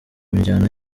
njyana